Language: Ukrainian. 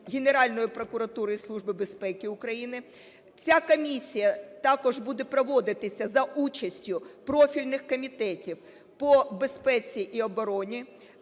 Генеральної прокуратури і Служби безпеки України. Ця комісія також буде проводитися за участю профільних комітетів по безпеці і обороні,